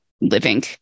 living